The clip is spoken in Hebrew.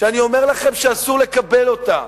שאני אומר לכם שאסור לקבל אותה.